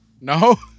No